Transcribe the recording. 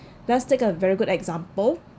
let's take a very good example